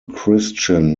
christian